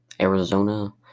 Arizona